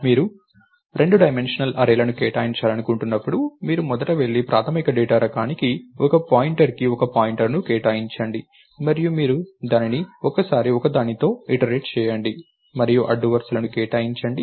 మీరు రెండు డైమెన్షనల్ అర్రేల ను కేటాయించాలనుకున్నప్పుడు మీరు మొదట వెళ్లి ప్రాథమిక డేటా రకానికి ఒక పాయింటర్కి ఒక పాయింటర్ను కేటాయించండి మరియు మీరు దానిని ఒక్క సారి ఒక్క దానితో ఇటరేట్ చేయండి మరియు అడ్డు వరుసలను కేటాయించండి